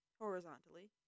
horizontally